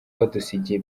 badusigiye